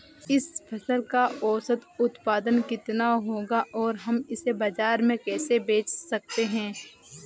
इस फसल का औसत उत्पादन कितना होगा और हम इसे बाजार में कैसे बेच सकते हैं?